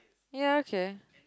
ya okay